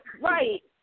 Right